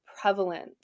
prevalent